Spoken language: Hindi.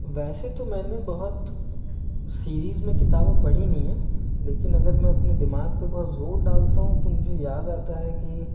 वैसे तो मैंने बहुत सीरीज़ में किताबें पढ़ी नहीं है लेकिन अगर मैं अपने दिमाग पर बहुत ज़ोर डालता हूँ तो मुझे याद आता है कि